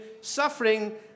suffering